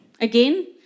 again